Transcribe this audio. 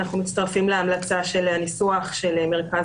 אנחנו מצטרפים להמלצה של הניסוח של מרכז